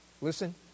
Listen